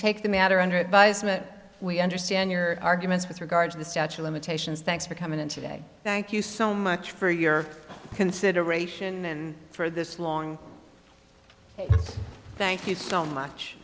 advisement we understand your arguments with regard to the statue limitations thanks for coming in today thank you so much for your consideration and for this long thank you so much